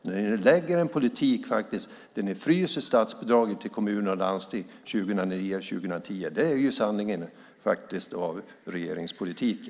Nu lägger ni fram en politik där ni fryser statsbidragen till kommunerna och landstingen för 2009 och 2010. Det är sanningen om regeringspolitiken.